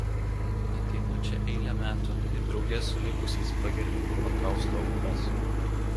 ateinu čia eilę metų ir drauge su likusiais pagerbiu holokausto aukas